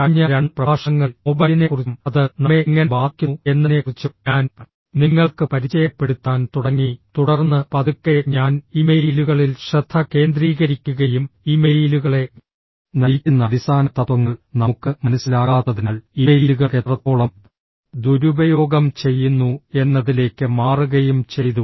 കഴിഞ്ഞ രണ്ട് പ്രഭാഷണങ്ങളിൽ മൊബൈലിനെക്കുറിച്ചും അത് നമ്മെ എങ്ങനെ ബാധിക്കുന്നു എന്നതിനെക്കുറിച്ചും ഞാൻ നിങ്ങൾക്ക് പരിചയപ്പെടുത്താൻ തുടങ്ങി തുടർന്ന് പതുക്കെ ഞാൻ ഇമെയിലുകളിൽ ശ്രദ്ധ കേന്ദ്രീകരിക്കുകയും ഇമെയിലുകളെ നയിക്കുന്ന അടിസ്ഥാന തത്വങ്ങൾ നമുക്ക് മനസ്സിലാകാത്തതിനാൽ ഇമെയിലുകൾ എത്രത്തോളം ദുരുപയോഗം ചെയ്യുന്നു എന്നതിലേക്ക് മാറുകയും ചെയ്തു